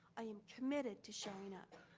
i am committed to showing up.